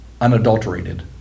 unadulterated